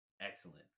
excellent